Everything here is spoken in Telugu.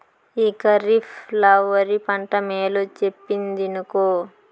ఈ కరీఫ్ ల ఒరి పంట మేలు చెప్పిందినుకో